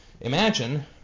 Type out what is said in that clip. imagine